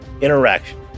interaction